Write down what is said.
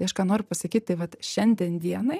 tai aš ką noriu pasakyt tai vat šiandien dienai